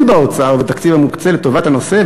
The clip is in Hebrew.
בהוצאה ובתקציב המוקצה לטובת הנושא,